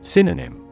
Synonym